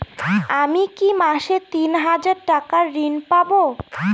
আমি কি মাসে তিন হাজার টাকার ঋণ পাবো?